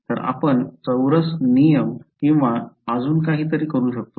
तर आपण चौरस नियम किंवा अजून काहीतरी करू शकतो